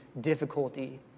difficulty